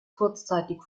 kurzzeitig